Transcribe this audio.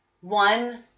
One